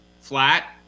flat